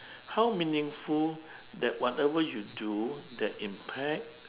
how meaningful that whatever you do that impact